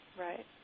Right